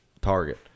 Target